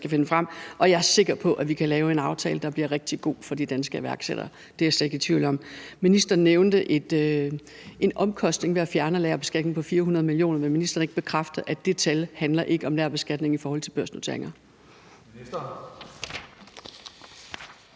kan finde frem, og jeg er sikker på, at vi kan lave en aftale, der bliver rigtig god for de danske iværksættere. Det er jeg slet ikke i tvivl om. Ministeren nævnte en omkostning ved at fjerne lagerbeskatningen på 400 mio. kr. Vil ministeren ikke bekræfte, at det tal ikke handler om lagerbeskatning i forhold til børsnoteringer?